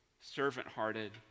servant-hearted